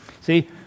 See